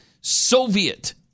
Soviet